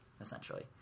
essentially